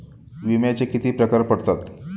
विम्याचे किती प्रकार पडतात?